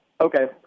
okay